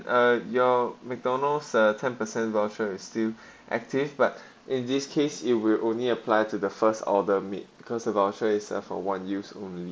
uh your macdonald's uh ten percent voucher is still active but in this case it will only apply to the first order made because the voucher is uh for one use only